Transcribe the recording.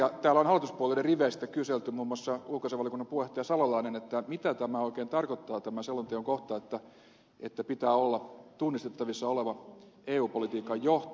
täällä on hallituspuolueiden riveistä kyselty muun muassa ulkoasiainvaliokunnan puheenjohtaja salolainen mitä oikein tarkoittaa tämä selonteon kohta että pitää olla tunnistettavissa oleva eu politiikan johto